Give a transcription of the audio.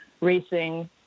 racing